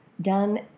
done